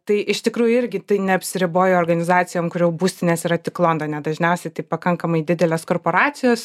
tai iš tikrųjų irgi tai neapsiriboja organizacijom kurių būstinės yra tik londone dažniausiai tai pakankamai didelės korporacijos